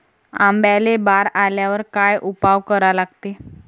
आंब्याले बार आल्यावर काय उपाव करा लागते?